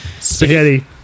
Spaghetti